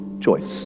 choice